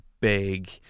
big